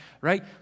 right